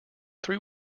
three